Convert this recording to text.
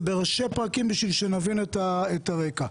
זה בראשי פרקים כדי שנבין את הרקע.